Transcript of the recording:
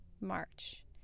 March